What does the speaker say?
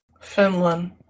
Finland